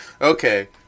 Okay